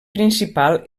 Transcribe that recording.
principal